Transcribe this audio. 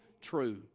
true